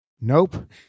Nope